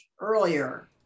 earlier